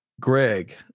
Greg